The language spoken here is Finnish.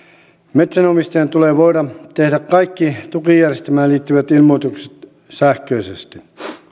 metsänomistajan tulee voida tehdä kaikki tukijärjestelmään liittyvät ilmoitukset sähköisesti